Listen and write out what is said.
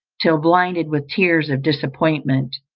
till blinded with tears of disappointment,